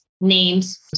names